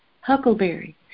Huckleberry